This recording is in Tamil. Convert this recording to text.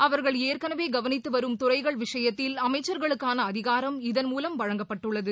அவர்கள் ஏற்கனவேகவனித்துவரும் துறைகள் விஷயத்தில் அமைச்சர்களுக்கானஅதிகாரம் இதன் மூலம் வழங்கப்பட்டுள்ளது